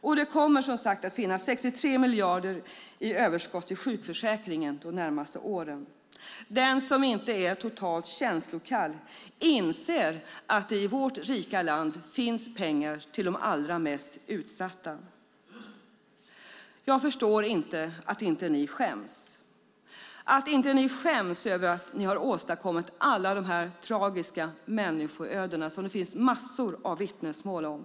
Och det kommer, som sagt, att finnas 63 miljarder i överskott i sjukförsäkringen de närmaste åren. Den som inte är totalt känslokall inser att det i vårt rika land finns pengar till de allra mest utsatta. Jag förstår inte att ni inte skäms, att ni inte skäms över att ni har åstadkommit alla dessa tragiska människoöden, som det finns massor av vittnesmål om.